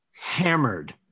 hammered